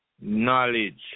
Knowledge